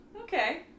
Okay